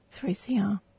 3CR